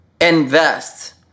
invest